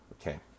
okay